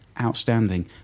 outstanding